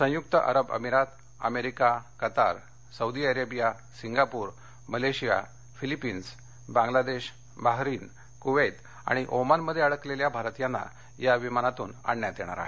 संयुक्त अरब अमिरात America Qatar Saudi Arabia Singapore Malaysia Philippines Bangladesh Bahrain Kuwait आणि ओमानमधे अडकलेल्या भारतियांना या विमानातून आणण्यात येणार आहे